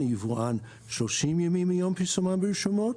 או יבואן 30 ימים מיום פרסומן ברשומות,